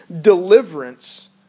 deliverance